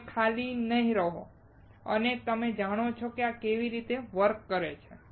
તમે ખાલી નહીં રહો અને તમે જાણો છો કે આ તે કેવી રીતે વર્ક કરે છે